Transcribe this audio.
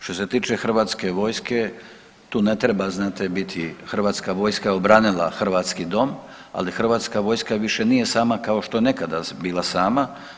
Što se tiče hrvatske vojske tu ne treba znate biti hrvatska vojska je obranila hrvatski dom, ali hrvatska vojska više nije sama kao što je nekada bila sama.